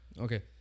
Okay